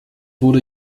wurde